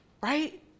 right